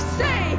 say